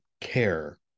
care